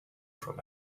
from